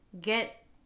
get